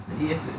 yes